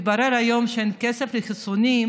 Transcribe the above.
מתברר היום שאין כסף לחיסונים,